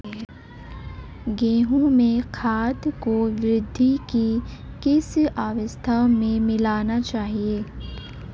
गेहूँ में खाद को वृद्धि की किस अवस्था में मिलाना चाहिए?